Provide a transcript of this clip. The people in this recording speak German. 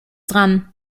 dran